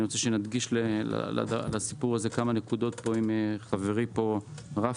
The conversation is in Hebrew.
אני רוצה להקדיש לסיפור הזה כמה דקות עם חברי רפי,